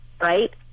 right